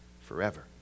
forever